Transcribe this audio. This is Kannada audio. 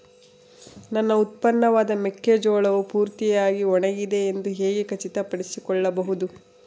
ನನ್ನ ಉತ್ಪನ್ನವಾದ ಮೆಕ್ಕೆಜೋಳವು ಪೂರ್ತಿಯಾಗಿ ಒಣಗಿದೆ ಎಂದು ಹೇಗೆ ಖಚಿತಪಡಿಸಿಕೊಳ್ಳಬಹುದು?